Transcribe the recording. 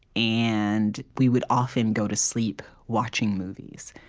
and we would often go to sleep watching movies,